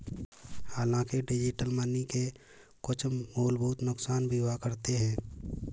हांलाकि digital money के कुछ मूलभूत नुकसान भी हुआ करते हैं